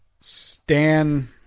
Stan